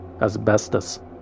Asbestos